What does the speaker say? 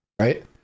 right